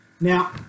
Now